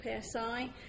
PSI